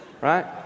right